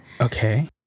Okay